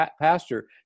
pastor